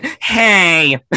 hey